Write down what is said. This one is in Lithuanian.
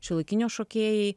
šiuolaikinio šokėjai